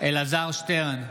אלעזר שטרן,